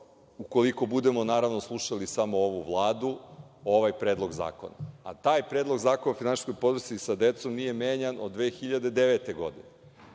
ukoliko budemo, naravno, slušali samo ovu Vladu, ovaj predlog zakona. Taj predlog zakona o finansijskoj podršci sa decom nije menjan od 2009. godine,